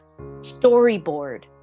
storyboard